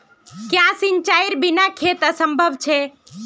क्याँ सिंचाईर बिना खेत असंभव छै?